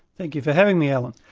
thank you for having me, alan.